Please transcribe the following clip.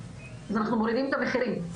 אז אנחנו מורידים את המחירים.